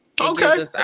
okay